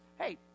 hey